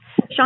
Sean